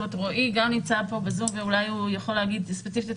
רועי נמצא פה בזום ואולי הוא יכול להגיד ספציפית.